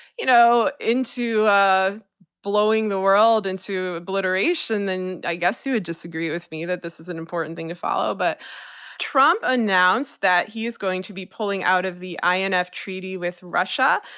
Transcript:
you know, into ah blowing the world into obliteration, then i guess you would disagree with me that this is an important thing to follow. but trump announced that he's going to be pulling out of the inf treaty with russia.